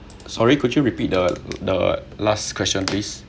sorry could you repeat the the last question please